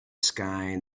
sky